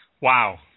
Wow